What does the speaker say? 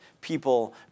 people